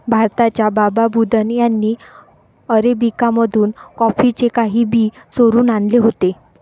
भारताच्या बाबा बुदन यांनी अरेबिका मधून कॉफीचे काही बी चोरून आणले होते